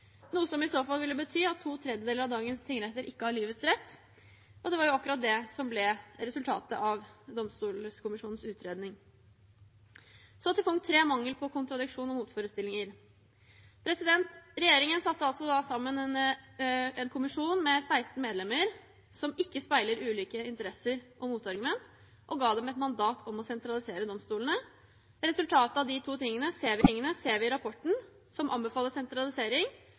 noe som i så fall ville bety at to tredjedeler av dagens tingretter ikke har livets rett, og det var jo akkurat det som ble resultatet av Domstolkommisjonen utredning. Så til punkt 3 – mangel på kontradiksjon og motforestillinger: Regjeringen satte altså sammen en kommisjon med 16 medlemmer som ikke speiler ulike interesser og motargumenter, og ga dem et mandat om å sentralisere domstolene. Resultatet av de to tingene ser vi i rapporten, som anbefaler sentralisering,